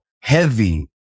heavy